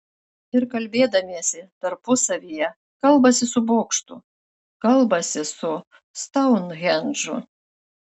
ir kalbėdamiesi tarpusavyje kalbasi su bokštu kalbasi su stounhendžu